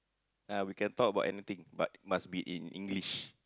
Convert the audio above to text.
ah we can talk about anything but must be in English